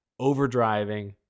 overdriving